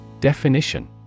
definition